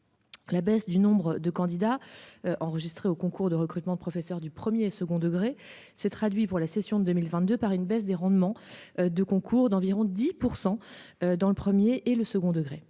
La baisse du nombre de candidats. Enregistrés au concours de recrutement de professeurs du 1er et second degré se traduit pour la session 2022, par une baisse des rendements de concours d'environ 10% dans le 1er et le second degré.